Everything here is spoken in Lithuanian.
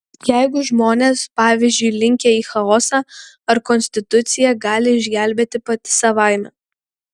jeigu žmonės pavyzdžiui linkę į chaosą ar konstitucija gali išgelbėti pati savaime